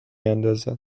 اندازد